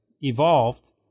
evolved